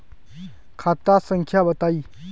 खाता संख्या बताई?